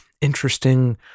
interesting